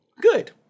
good